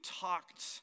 talked